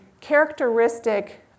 characteristic